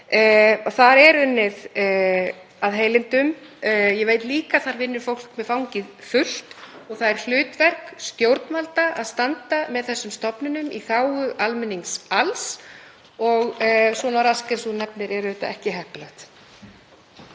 þar er unnið af heilindum og ég veit líka að þar vinnur fólk með fangið fullt. Það er hlutverk stjórnvalda að standa með þessum stofnunum í þágu almennings alls og svona rask, eins og þingmaðurinn nefnir, er auðvitað ekki heppilegt.